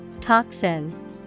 Toxin